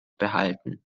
behalten